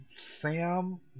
Sam